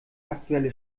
aktuelle